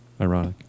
ironic